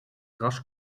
rasch